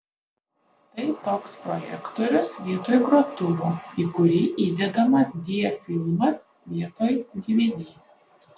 tai toks projektorius vietoj grotuvo į kurį įdedamas diafilmas vietoj dvd